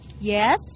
Yes